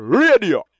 radio